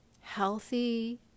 healthy